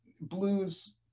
blues